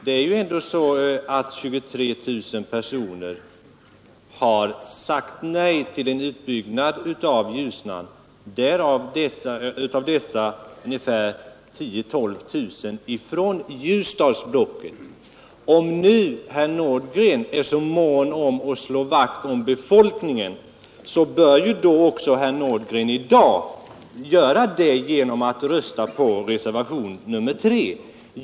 Det är ändå så att 23 000 personer har sagt nej till en utbyggnad av Ljusnan, och av dessa är 10 000 å 12 000 från Ljusdalsblocket. Om herr Nordgren nu är så mån om att slå vakt om befolkningen, bör han i dag rösta på reservationen 3.